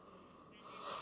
I know